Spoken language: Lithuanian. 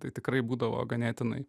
tai tikrai būdavo ganėtinai